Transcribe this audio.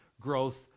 growth